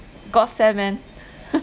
godsent man